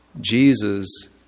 Jesus